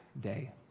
day